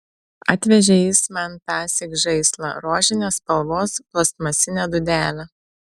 atvežė jis man tąsyk žaislą rožinės spalvos plastmasinę dūdelę